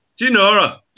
Ginora